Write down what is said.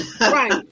Right